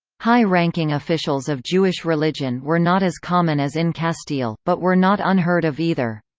high-ranking officials of jewish religion were not as common as in castile, but were not unheard of either.